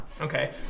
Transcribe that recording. Okay